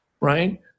right